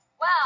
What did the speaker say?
Wow